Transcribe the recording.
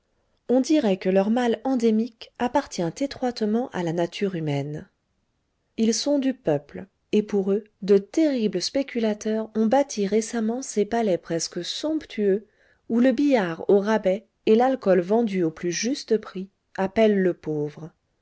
on dirait que leur mal endémique appartient étroitement à la nature humaine ils sont du peuple et pour eux de terribles spéculateurs ont bâti récemment ces palais presque somptueux où le billard au rabais et l'alcool vendu an plus juste prix appellent le pauvre